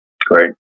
Great